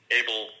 able